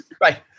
Right